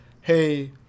Hey